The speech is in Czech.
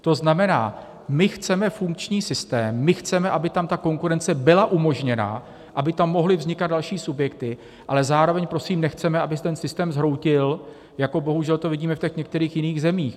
To znamená, my chceme funkční systém, my chceme, aby tam ta konkurence byla umožněna, aby tam mohly vznikat další subjekty, ale zároveň prosím nechceme, aby se ten systém zhroutil, jako bohužel to vidíme v těch některých jiných zemích.